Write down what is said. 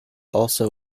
also